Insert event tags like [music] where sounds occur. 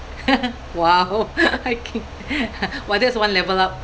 [laughs] !wow! hiking [noise] !wah! that's one level up